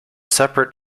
separate